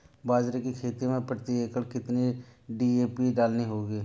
बाजरे की खेती में प्रति एकड़ कितनी डी.ए.पी डालनी होगी?